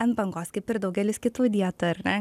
ant bangos kaip ir daugelis kitų dietų ar ne